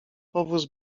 powóz